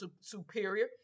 superior